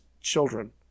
children